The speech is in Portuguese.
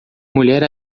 mulher